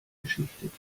beschichtet